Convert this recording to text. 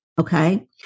Okay